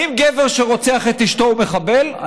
האם גבר שרוצח את אשתו הוא מחבל?